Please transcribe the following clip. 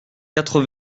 quatre